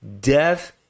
Death